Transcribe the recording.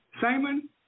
Simon